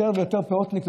יותר ויותר פאותניק,